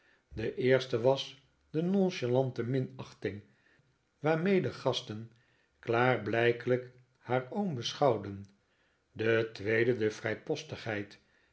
de eerste was de nonchalante minachting waarmee de gasten klaarblijkelijk haar oom beschouwden de tweede